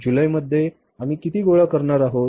जुलैमध्ये आम्ही किती गोळा करणार आहोत